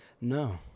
No